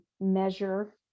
measure